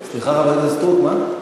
סליחה, חברת הכנסת סטרוק, מה?